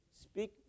speak